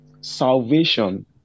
salvation